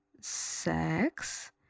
sex